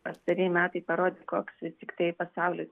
pastarieji metai parodė koks tiktai pasaulis